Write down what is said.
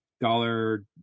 dollar